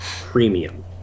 Premium